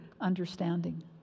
understanding